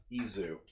Izu